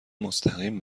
مستقیم